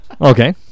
Okay